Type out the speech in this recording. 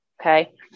Okay